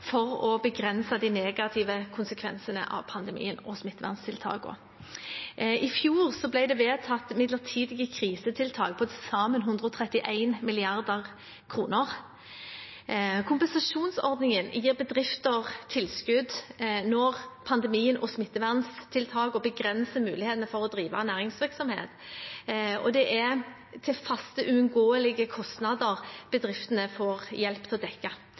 for å begrense de negative konsekvensene av pandemien og smitteverntiltakene. I fjor ble det vedtatt midlertidige krisetiltak på til sammen 131 mrd. kr. Kompensasjonsordningen gir bedrifter tilskudd når pandemien og smitteverntiltakene begrenser mulighetene for å drive næringsvirksomhet, og det er faste, uunngåelige kostnader bedriftene får hjelp til å dekke.